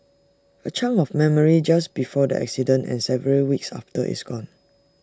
A chunk of memory just before the accident and several weeks after is gone